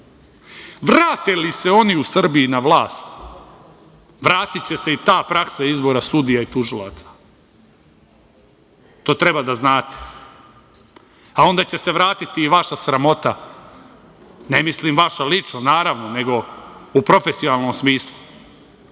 Vrate li se u oni u Srbiji na vlast, vratiće se i ta praksa izbora sudija i tužilaca. To treba da znate, a onda će se vratiti i vaša sramota, ne mislim vaša lično, naravno, nego u profesionalnom